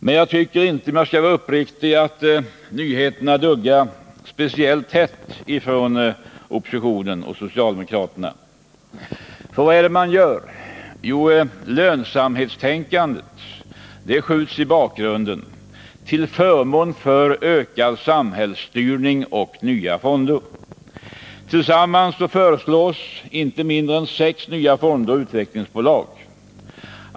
Men jag tycker inte, om jag skall vara uppriktig, att nyheterna duggar speciellt tätt från oppositionen och socialdemokraterna. Vad är det man gör? Jo, lönsamhetstänkandet skjuts i bakgrunden till förmån för ökad samhällsstyrning och nya fonder. Tillsammans föreslås inte mindre än sex nya fonder och utvecklingsbolag.